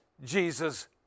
Jesus